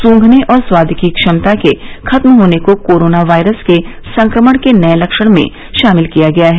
सूंघने और स्वाद की क्षमता के खत्म होने को कोरोना वायरस के संक्रमण के नए लक्षण में शामिल किया गया है